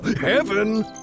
Heaven